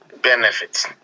benefits